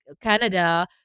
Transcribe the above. Canada